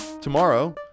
Tomorrow